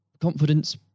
confidence